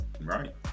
right